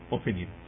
opinion